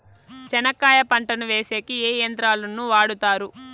చెనక్కాయ పంటను వేసేకి ఏ యంత్రాలు ను వాడుతారు?